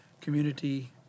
Community